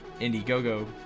Indiegogo